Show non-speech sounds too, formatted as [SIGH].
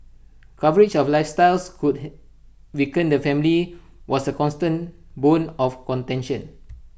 coverage of lifestyles could [UNINTELLIGIBLE] weaken the family was A constant bone of contention